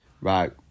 Right